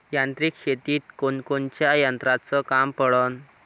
यांत्रिक शेतीत कोनकोनच्या यंत्राचं काम पडन?